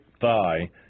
thigh